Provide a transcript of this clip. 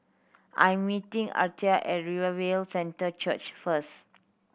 I'm meeting Aretha at Revival Centre Church first